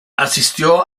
asistió